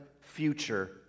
future